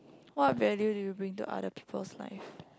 what values do you bring to other people's life